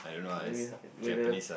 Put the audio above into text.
anyway uh whether